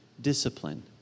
discipline